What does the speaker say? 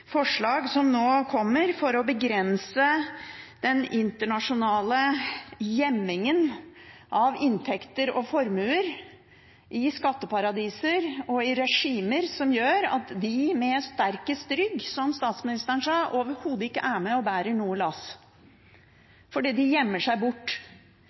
forslag som nå kommer for å begrense den internasjonale gjemmingen av inntekter og formuer i skatteparadiser og i regimer, som gjør at de med sterkest rygg, som statsministeren sa, overhodet ikke er med og bærer noe lass, fordi de gjemmer seg bort.